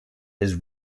his